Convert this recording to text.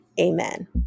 Amen